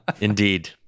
Indeed